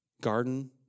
Garden